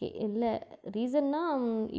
okay இல்லை ரீசன்னா